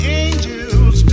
angels